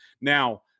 Now